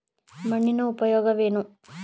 ಮಣ್ಣಿನ ಉಪಯೋಗವೇನು?